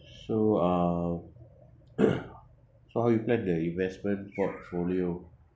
so uh so how you plan the investment portfolio